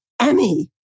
Emmy